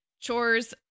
chores